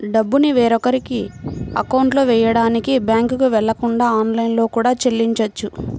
డబ్బుని వేరొకరి అకౌంట్లో వెయ్యడానికి బ్యేంకుకి వెళ్ళకుండా ఆన్లైన్లో కూడా చెల్లించొచ్చు